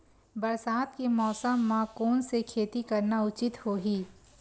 बरसात के मौसम म कोन से खेती करना उचित होही?